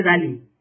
value